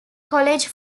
college